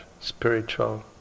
spiritual